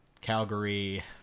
Calgary